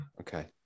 okay